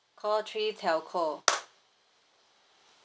call three telco